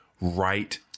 right